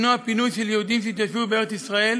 למנוע פינוי של יהודים שהתיישבו בארץ-ישראל